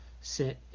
sit